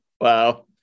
Wow